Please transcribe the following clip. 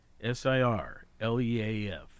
S-I-R-L-E-A-F